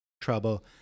trouble